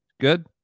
Good